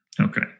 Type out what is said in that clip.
Okay